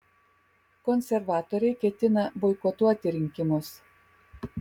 konservatoriai ketina boikotuoti rinkimus